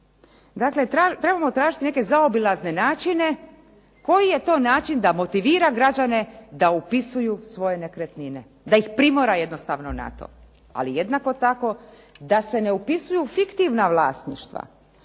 Dakle, trebamo tražiti neke zaobilazne načine, koji je to način da motivira građane da upisuju svoje nekretnine, da ih primora jednostavno na to. Ali jednako tako da se ne upisuju fiktivna vlasništva.